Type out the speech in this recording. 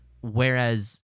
whereas